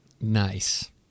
nice